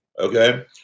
Okay